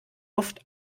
oft